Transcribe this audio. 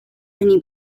many